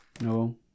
No